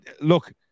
Look